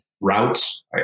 routes